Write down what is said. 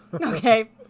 Okay